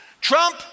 Trump